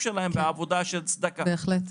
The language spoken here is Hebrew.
מתכללת,